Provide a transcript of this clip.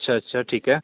अच्छा अच्छा ठीक आहे